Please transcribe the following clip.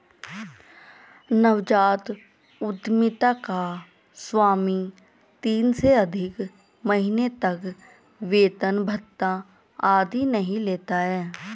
नवजात उधमिता का स्वामी तीन से अधिक महीने तक वेतन भत्ता आदि नहीं लेता है